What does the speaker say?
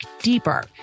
deeper